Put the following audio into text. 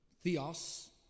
Theos